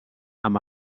amb